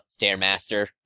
Stairmaster